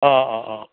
অঁ অঁ অঁ